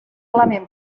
element